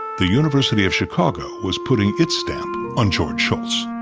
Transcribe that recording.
the university of chicago was putting its stamp on george shultz.